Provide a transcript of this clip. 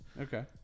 Okay